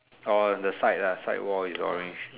orh the side ah side wall is orange